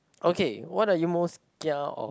okay what are you most kia of